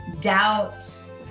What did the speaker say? doubt